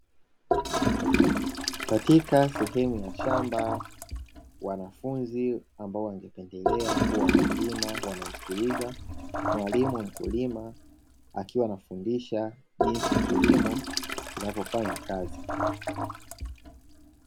Katika sehemu ya shamba wanafunzi ambao wangependelea kuwa wakulima wanamsikiliza mwalimu mkulima, akiwa anafundisha jinsi kilimo kinavofanya kazi.